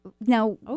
now